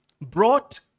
brought